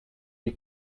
die